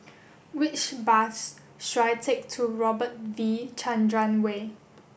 which bus should I take to Robert V Chandran Way